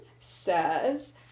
says